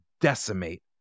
decimate